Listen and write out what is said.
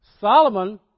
Solomon